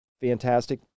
fantastic